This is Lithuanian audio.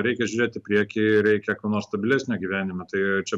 reikia žiūrėt į priekį ir reikia ko nors stabilesnio gyvenime tai čia